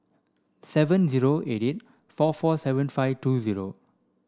seven zero eight eight four four seven five two zero